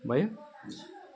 भयो